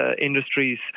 industries